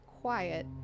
quiet